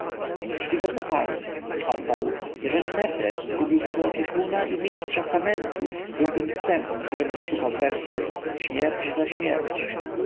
czcigodna pani odparł jeżeli mefres zgubił mego opiekuna i mistrza samentu byłbym psem gdybym nie szukał zemsty śmierć za śmierć